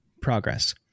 progress